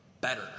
better